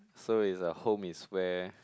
so it's uh home is where